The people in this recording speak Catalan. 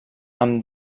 amb